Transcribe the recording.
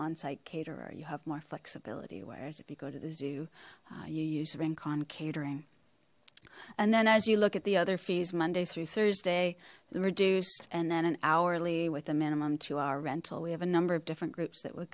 on site caterer you have more flexibility whereas if you go to the zoo you use the rink on catering and then as you look at the other fees monday through thursday reduced and then an hourly with a minimum to our rental we have a number of different groups that would